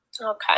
okay